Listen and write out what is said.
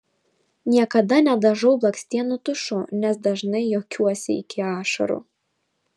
niekada nedažau blakstienų tušu nes dažnai juokiuosi iki ašarų